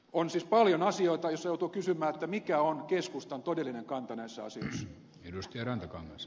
on siis paljon asioita joissa joutuu kysymään mikä on keskustan todellinen kanta näissä asioissa